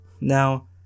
Now